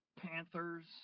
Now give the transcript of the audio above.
Panthers